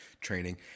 training